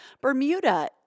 Bermuda